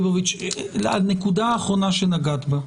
הנקודה האחרונה שנגעת בה.